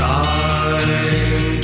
time